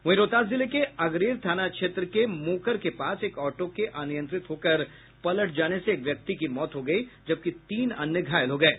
वहीं रोहतास जिले के अगरेर थाना क्षेत्र के मोकर के पास एक ऑटो के अनियंत्रित होकर पलट जाने से एक व्यक्ति की मौत हो गयी जबकि तीन अन्य घायल हो गये